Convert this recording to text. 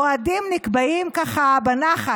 מועדים נקבעים ככה בנחת.